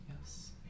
Yes